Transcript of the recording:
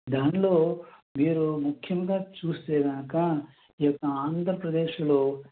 దానిలో మీరు ముఖ్యంగా చూస్తే కనుక ఆంధ్రప్రదేశ్లో